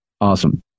awesome